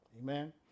Amen